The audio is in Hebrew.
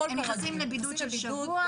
הם נכנסים לבידוד של שבוע,